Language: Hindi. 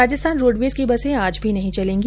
राजस्थान रोडवेज की बसें आज भी नहीं चलेगी